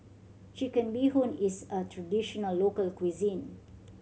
Chicken Bee Hoon is a traditional local cuisine